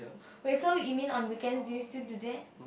wait so you mean on weekends do you still do that